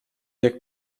jak